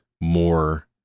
more